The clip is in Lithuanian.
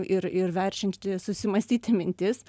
ir ir verčianti susimąstyti mintis